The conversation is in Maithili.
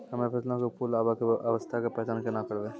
हम्मे फसलो मे फूल आबै के अवस्था के पहचान केना करबै?